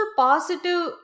positive